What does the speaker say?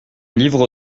livre